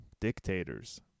dictators